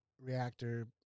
reactor